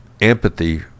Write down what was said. empathy